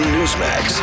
Newsmax